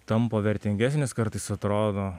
tampa vertingesnis kartais atrodo